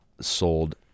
sold